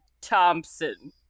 Thompson